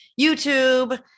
YouTube